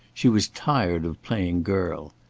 she was tired of playing girl.